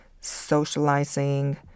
socializing